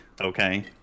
okay